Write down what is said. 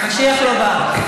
משיח לא בא.